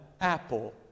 apple